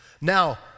Now